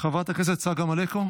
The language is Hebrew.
חבר הכנסת מיקי לוי,